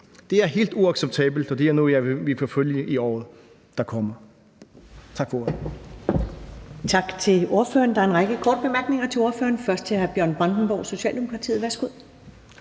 Det er helt uacceptabelt, og det er noget, jeg vil forfølge i året, der kommer. Tak for ordet.